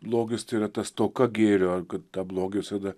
blogis tai yra ta stoka gėrio ar kad tą blogį visada